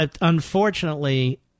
unfortunately